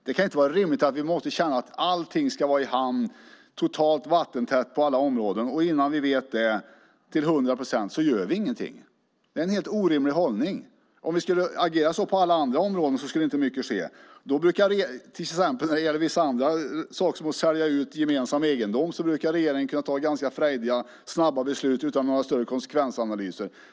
Det kan inte vara rimligt att allting ska vara i hamn och totalt vattentätt på alla områden, och innan vi vet det till 100 procent gör vi ingenting. Det är en helt orimlig hållning. Om vi skulle agera så på alla andra områden skulle inte mycket ske. När det gäller vissa andra saker som att sälja ut gemensam egendom brukar regeringen kunna ta ganska frejdiga och snabba beslut utan några större konsekvensanalyser.